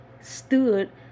stood